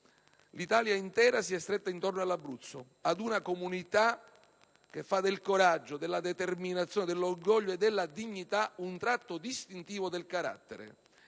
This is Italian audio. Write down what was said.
L'Italia intera si è stretta intorno all'Abruzzo, ad una comunità che fa del coraggio, della determinazione, dell'orgoglio e della dignità un tratto distintivo del carattere.